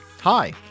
Hi